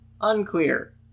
Unclear